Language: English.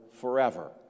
forever